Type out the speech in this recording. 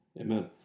Amen